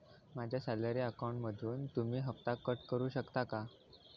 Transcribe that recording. माझ्या सॅलरी अकाउंटमधून तुम्ही हफ्ता कट करू शकता का?